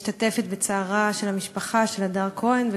ומשתתפת בצערה של המשפחה של הדר כהן,